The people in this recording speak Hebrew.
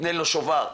ייתנו שובר.